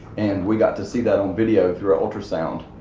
and we got to see that on video through an ultrasound.